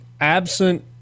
absent